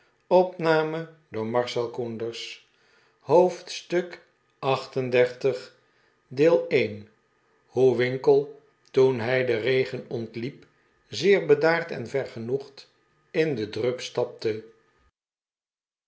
hoofdstuk xxxviii hoe winkle toen hij den regen ontliep zeer bedaard en vergenoegd in den drup stapte